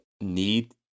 need